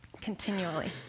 continually